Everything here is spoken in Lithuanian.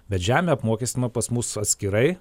bet žemė apmokestinama pas mus atskirai